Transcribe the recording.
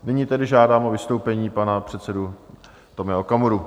Nyní tedy žádám o vystoupení pana předsedu Tomia Okamuru.